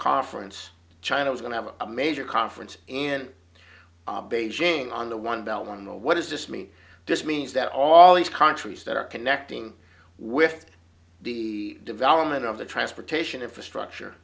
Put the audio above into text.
once china is going to have a major conference and beijing on the one belt on the what does this mean this means that all these countries that are connecting with the development of the transportation infrastructure